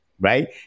right